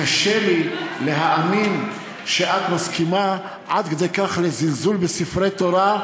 קשה לי להאמין שאת מסכימה עד כדי כך לזלזול בספרי תורה,